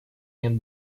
нет